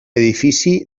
edifici